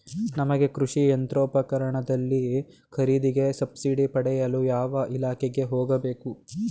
ನಮಗೆ ಕೃಷಿ ಯಂತ್ರೋಪಕರಣಗಳ ಖರೀದಿಗೆ ಸಬ್ಸಿಡಿ ಪಡೆಯಲು ಯಾವ ಇಲಾಖೆಗೆ ಹೋಗಬೇಕು?